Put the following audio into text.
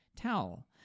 Towel